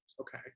Okay